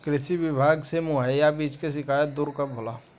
कृषि विभाग से मुहैया बीज के शिकायत दुर कब होला?